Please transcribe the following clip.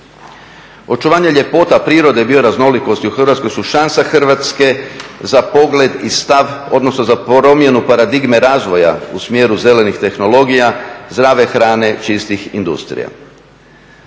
Očuvanja ljepote prirode bioraznolikosti u Hrvatskoj su šansa Hrvatske za pogled i promjenu paradigme razvoja u smjeru zelenih tehnologija, zdrave hrane, čistih industrija.